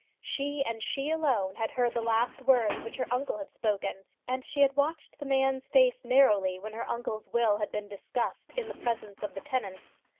she and she alone had heard the last words which her uncle had spoken, and she had watched the man's face narrowly when her uncle's will had been discussed in the presence of the tenants.